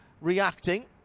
reacting